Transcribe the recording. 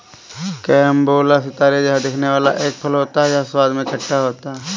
carambola सितारे जैसा दिखने वाला एक फल होता है यह स्वाद में खट्टा होता है